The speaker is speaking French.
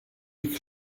est